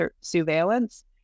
surveillance